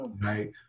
right